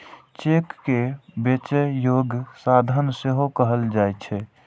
cheque कें बेचै योग्य साधन सेहो कहल जाइ छै